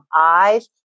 eyes